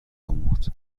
آموخت